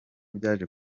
byaje